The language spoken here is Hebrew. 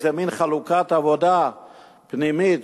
איזה מין חלוקת עבודה פנימית,